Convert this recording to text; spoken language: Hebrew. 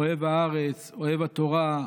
אוהב הארץ, אוהב התורה,